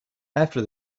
after